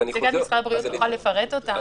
שנציגת משרד הבריאות תוכל לפרט אותם,